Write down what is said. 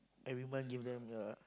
every month give them yeah